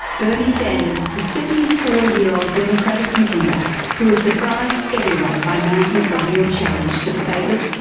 bernie sanders, the seventy four year old democratic contender who has surprised everyone by mounting a real challenge to the favourite,